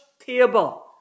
table